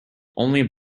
only